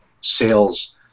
sales